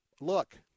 Look